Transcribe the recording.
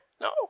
No